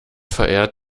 verehrt